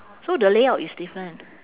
so the layout is different